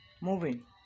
moving